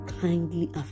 kindly